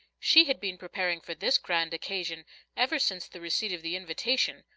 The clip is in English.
she had been preparing for this grand occasion ever since the receipt of the invitation,